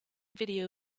video